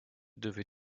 devait